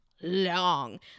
long